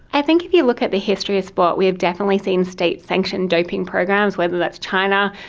i think if you look at the history of sport we have definitely seen state sanctioned doping programs, whether that's china,